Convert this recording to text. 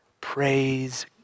Praise